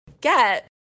get